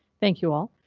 thank you all.